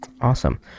awesome